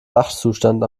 wachzustand